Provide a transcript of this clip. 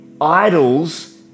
idols